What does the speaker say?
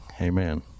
amen